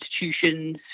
institutions